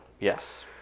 Yes